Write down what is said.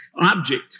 object